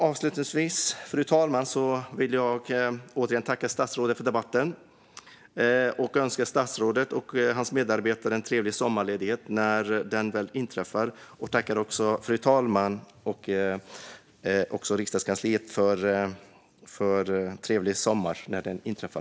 Avslutningsvis vill jag återigen tacka statsrådet för debatten och önska statsrådet och hans medarbetare en trevlig sommarledighet när den väl inträffar. Jag tackar också fru talmannen och utskottskansliet och önskar trevlig sommar när den väl inträffar.